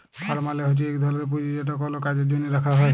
fund মালে হছে ইক ধরলের পুঁজি যেট কল কাজের জ্যনহে রাখা হ্যয়